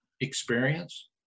experience